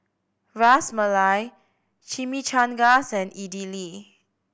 Ras Malai Chimichangas and Idili